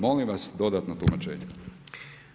Molim vas dodatno tumačenje.